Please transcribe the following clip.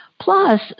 Plus